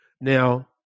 Now